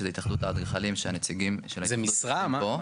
שזה התאחדות האדריכלים שהנציגים של ההתאחדות יושבים פה.